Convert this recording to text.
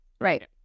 Right